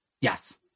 Yes